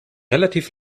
relativ